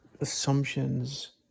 assumptions